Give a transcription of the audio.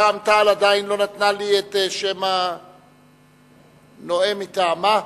רע"ם-תע"ל עדיין לא נתנה לי את שם הנואם מטעמה.